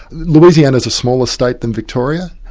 louisiana is a smaller state than victoria,